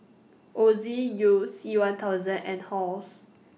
Ozi YOU C one thousand and Halls